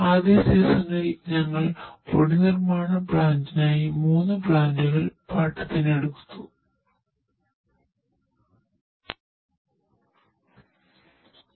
ആദ്യ സീസണിൽ ഞങ്ങൾ പൊടി നിർമ്മാണ പ്ലാന്റിനായി 3 പ്ലാന്റുകൾ പാട്ടത്തിനെടുക്കും